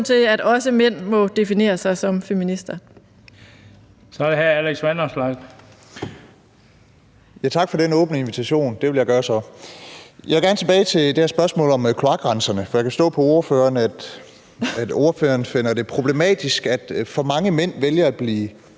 (Bent Bøgsted): Så er det hr. Alex Vanopslagh. Kl. 18:03 Alex Vanopslagh (LA): Tak for den åbne invitation. Det vil jeg gøre så. Jeg vil gerne tilbage til det her spørgsmål om kloakrenserne, for jeg kan forstå på ordføreren, at ordføreren finder det problematisk, at så mange mænd vælger at blive